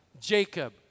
Jacob